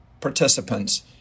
participants